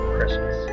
Christmas